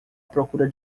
procura